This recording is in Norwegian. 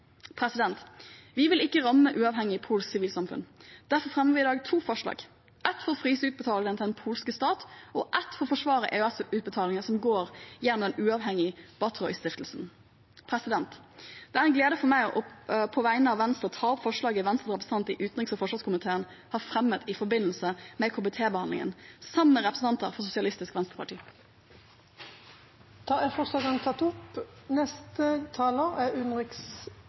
Vi vil ikke ramme uavhengig polsk sivilsamfunn. Derfor fremmer vi i dag to forslag: ett for å fryse utbetalingene til den polske stat og ett for å forsvare EØS-utbetalinger som går gjennom den uavhengige Batory-stiftelsen. Det er en glede for meg på vegne av Venstre å ta opp forslagene Venstres representant i utenriks- og forsvarskomiteen har fremmet i forbindelse med komitébehandlingen, sammen med representanter fra Sosialistisk Venstreparti. Representanten Sofie Høgestøl har tatt opp de forslagene hun refererte til. Først er